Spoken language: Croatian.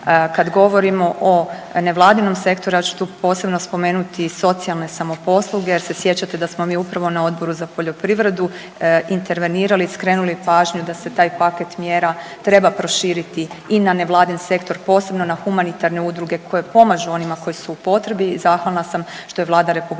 Kad govorimo o nevladinom sektoru, ja ću tu posebno spomenuti socijalne samoposluge jer se sjećate da smo mi upravo na Odboru za poljoprivredu intervenirali i skrenuli pažnju da se taj paket mjera treba proširiti i na nevladin sektor, posebno na humanitarne udruge koje pomažu onima koji su u potrebi i zahvalna sam što je Vlada RH